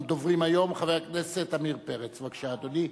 3 עמיר פרץ (העבודה):